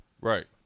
Right